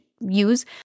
use